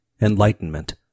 enlightenment